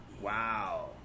Wow